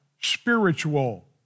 spiritual